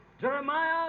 Jeremiah